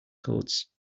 codes